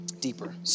deeper